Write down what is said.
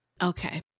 Okay